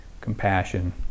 compassion